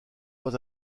pas